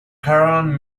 caravan